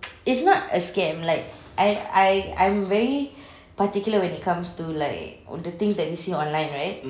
it's not a scam like I I I'm very particular when it comes to like the things that we see online right